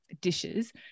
dishes